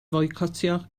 foicotio